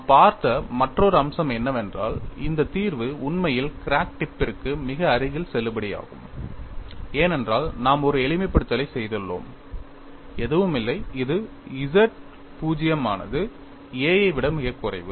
நாம் பார்த்த மற்றொரு அம்சம் என்னவென்றால் இந்த தீர்வு உண்மையில் கிராக் டிப் பிற்கு மிக அருகில் செல்லுபடியாகும் ஏனென்றால் நாம் ஒரு எளிமைப்படுத்தலை செய்துள்ளோம் எதுவுமில்லை இது z0 ஆனது a ஐ விட மிகக் குறைவு